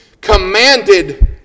commanded